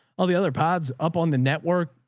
all the other pods up on the network.